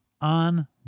on